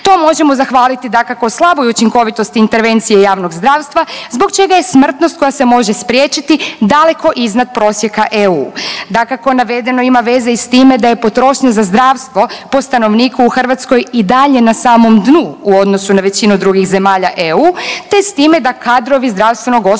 To možemo zahvaliti dakako slaboj učinkovitosti intervencije javnog zdravstva zbog čega je smrtnost koja se može spriječiti daleko iznad prosjeka EU. Dakako, navedeno ima veze i s time da je potrošnja za zdravstvo po stanovniku u Hrvatskoj i dalje na samom dnu u odnosu na većinu drugih zemalja EU, te s time da kadrovi zdravstvenog osoblja